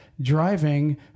driving